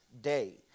day